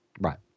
Right